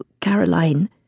Caroline